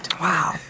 Wow